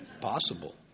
possible